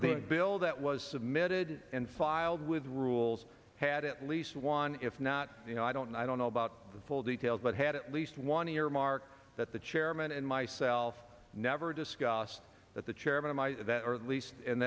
the bill that was submitted filed with rules had at least one if not you know i don't i don't know about the full details but had at least one earmark that the chairman and myself never discussed that the chairman of my that or at least